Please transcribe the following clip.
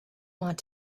want